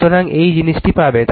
সুতরাং এই জিনিসটি পাবে